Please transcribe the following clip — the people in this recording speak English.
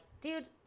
dude